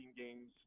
games